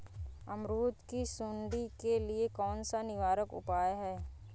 अमरूद की सुंडी के लिए कौन सा निवारक उपाय है?